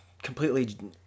completely